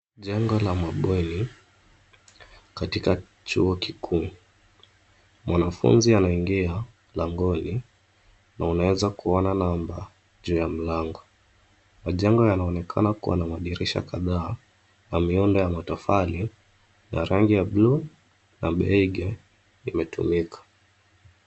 Jengo la mabweni, katika chuo kikuu. Mwanafunzi anaingia langoni, na unaweza kuona namba juu ya mlango. Majengo yanaonekana kuwa na madirisha kadhaa, na miundo ya matofali ya rangi ya bluu na beige imetumika.